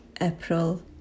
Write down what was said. April